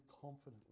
confidently